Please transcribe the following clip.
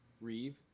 Reeve